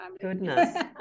goodness